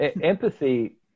Empathy